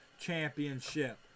Championship